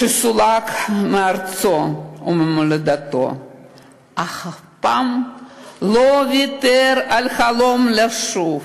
שסולק מארצו וממולדתו אך אף פעם לא ויתר על החלום לשוב.